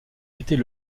était